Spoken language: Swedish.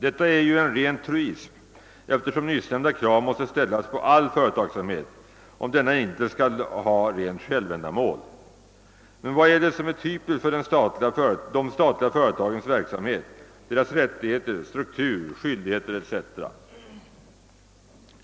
Detta är ju en ren truism, eftersom nyssnämnda krav måste ställas på all företagsamhet om denna inte skall vara ett rent självändamål. Men vad är det som är typiskt för de statliga företagens verksamhet, deras rättigheter, struktur, skyldigheter etc.?